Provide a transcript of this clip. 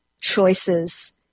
choices